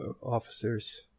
officers